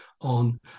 on